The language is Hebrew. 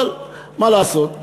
אבל מה לעשות,